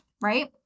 right